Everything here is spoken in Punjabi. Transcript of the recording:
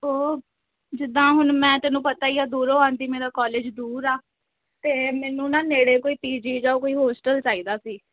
ਉਹ ਜਿੱਦਾਂ ਹੁਣ ਮੈਂ ਤੈਨੂੰ ਪਤਾ ਹੀ ਆ ਦੂਰੋਂ ਆਉਂਦੀ ਮੇਰਾ ਕੋਲੇਜ ਦੂਰ ਆ ਅਤੇ ਮੈਨੂੰ ਨਾ ਨੇੜੇ ਕੋਈ ਪੀ ਜੀ ਜਾਂ ਕੋਈ ਹੋਸਟਲ ਚਾਹੀਦਾ ਸੀ